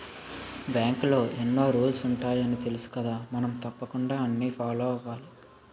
బాంకులో ఎన్నో రూల్సు ఉంటాయని తెలుసుకదా మనం తప్పకుండా అన్నీ ఫాలో అవ్వాలి